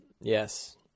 Yes